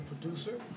producer